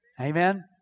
Amen